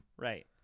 Right